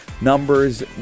Numbers